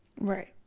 Right